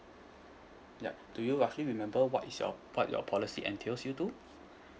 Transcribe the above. yup do you roughly remember what is your what your policy entails you to